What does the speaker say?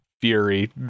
fury